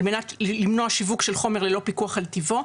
על מנת למנוע שיווק של חומר ללא פיקוח על טיבו,